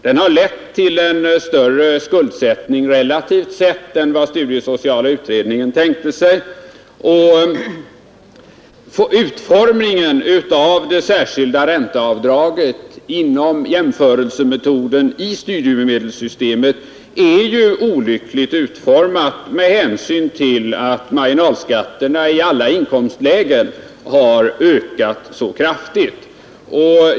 Den har lett till en större skuldsättning relativt sett än vad studiesociala utredningen tänkte sig. Det särskilda ränteavdraget inom jämförelsemetoden i studiemedelssystemet är ju olyckligt utformat med hänsyn till att marginalskatterna i alla inkomstlägen har ökat så kraftigt.